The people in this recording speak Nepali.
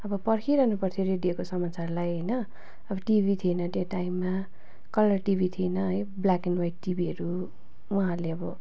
अब पर्खिरहनु पर्थ्यो रेडियोको समाचारलाई होइन अब टिभी थिएन त्यो टाइममा कलर टिभी थिएन है ब्ल्याक एन्ड वाइट टिभीहरू उहाँहरूले अब